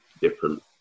different